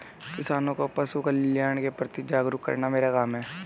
किसानों को पशुकल्याण के प्रति जागरूक करना मेरा काम है